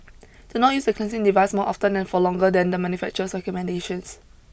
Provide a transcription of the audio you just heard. do not use the cleansing device more often and for longer than the manufacturer's recommendations